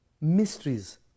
mysteries